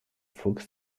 fuchs